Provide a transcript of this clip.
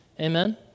amen